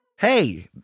Hey